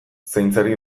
zaintzari